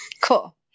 Cool